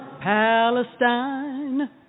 Palestine